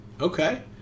okay